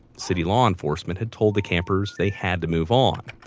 city law enforcement had told the campers they had to move on.